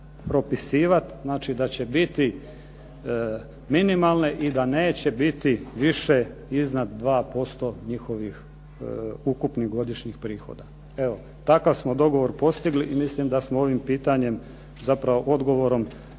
propisivati, znači da će biti minimalne i da neće biti više iznad 2% njihovih ukupnih godišnjih prihoda. Evo, takav smo dogovor postigli i mislim da smo ovim pitanjem, zapravo odgovorom